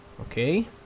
Okay